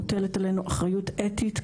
מוטלת עלינו אחריות אתית,